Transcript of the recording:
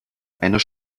einer